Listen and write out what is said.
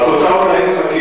אני מציע לך לבוא,